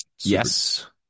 Yes